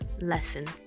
lesson